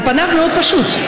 על פניו מאוד פשוט,